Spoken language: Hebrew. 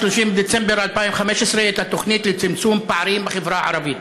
ב-30 בדצמבר 2015 את התוכנית לצמצום פערים בחברה הערבית,